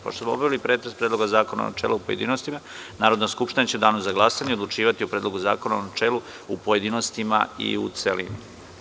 Pošto smo obavili pretres Predloga zakona u načelu i u pojedinostima, Narodna skupština će u danu za glasanje odlučivati o Predlogu zakona u načelu, pojedinostima i u celini.